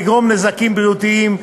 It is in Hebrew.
לגרום נזקים בריאותיים,